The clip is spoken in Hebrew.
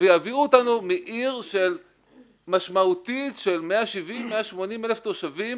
יעבירו אותנו מעיר משמעותית של 180,000-170,000 תושבים